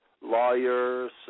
lawyers